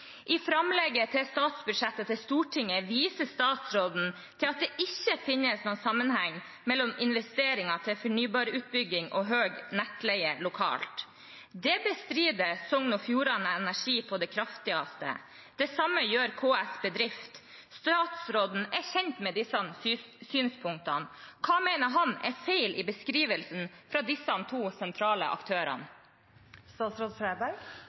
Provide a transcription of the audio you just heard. I framlegget til statsbudsjett til Stortinget viser statsråden til at det ikke finnes noen sammenheng mellom investeringer til fornybarutbygging og høy nettleie lokalt. Det bestrider Sogn og Fjordane Energi på det kraftigste. Det samme gjør KS Bedrift. Statsråden er kjent med disse synspunktene. Hva mener han er feil i beskrivelsen fra disse to sentrale aktørene?